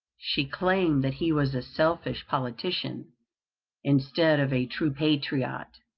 she claimed that he was a selfish politician instead of a true patriot,